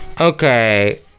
Okay